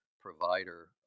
provider